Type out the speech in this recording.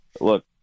look